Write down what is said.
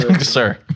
Sir